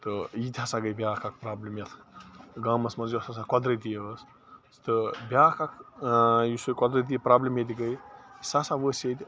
تہٕ یہِ تہِ ہسا گٔے بیٛاکھ اَکھ پرٛابلِم ییٚتھ گامَس منٛز یۄس ہَسا قۄدرٔتی ٲس تہٕ بیٛاکھ اَکھ ٲں یُس یہِ قۄدرٔتی پرٛابلِم ییٚتہِ گٔے سۄ ہَسا ؤژھ ییٚتہِ